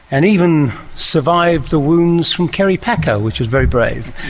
and even survived the wounds from kerry packer, which is very brave.